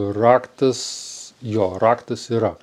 raktas jo raktas yra